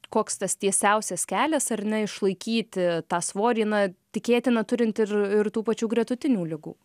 koks tas tiesiausias kelias ar ne išlaikyti tą svorį na tikėtina turint ir ir tų pačių gretutinių ligų